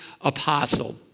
apostle